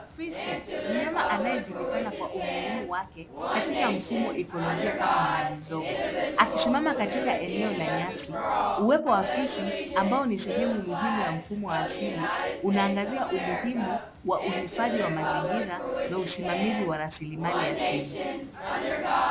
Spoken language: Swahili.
Fisi, mnyama anayejulikana kwa umuhimu wake katika mfumo ekolojia kama mla mizoga akisimama katika eneo la nyasi. Uwepo wa fisi ambao ni sehemu muhimu ya mfumo wa asili unaangazia umuhimu wa uhifadhi wa mazingira na usimamizi wa raslimali asili.